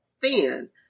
thin